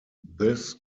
this